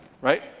right